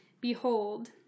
behold